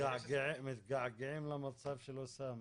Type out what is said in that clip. את התכניות שאושרו,